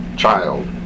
Child